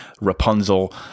Rapunzel